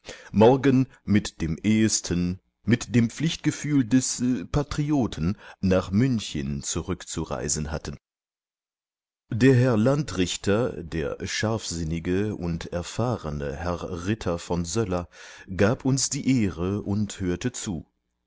morgen mit dem ehesten mit dem pflichtgefühl des patrioten nach münchen zurückzureisen hatten der herr landrichter der scharfsinnige und erfahrene herr ritter von söller gab uns die ehre und hörte zu